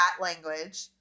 language